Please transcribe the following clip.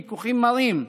ויכוחים מרים,